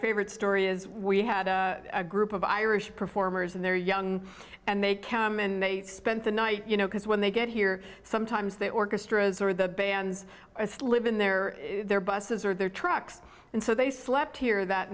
favorite story is we had a group of irish performers and they're young and they come and they spent the night you know because when they get here sometimes they orchestras or the bands live in there their buses or their trucks and so they slept here that